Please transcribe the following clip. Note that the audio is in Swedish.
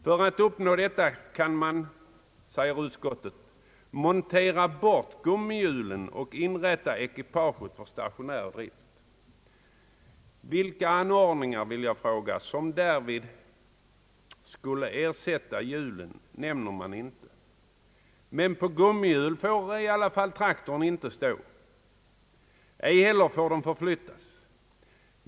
För att uppnå detta — säger utskottet — kan man montera bort gummihjulen och inrätta dessa fordon för stationär drift, Vilka anordningar som därvid skulle ersätta hjulen nämner man inte. Men på gummihjul får i alla fall inte traktorn stå, och inte heller får den förflyttas.